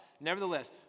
nevertheless